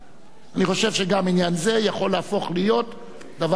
אני חושב שגם עניין זה יכול להפוך להיות דבר קבוע.